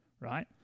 right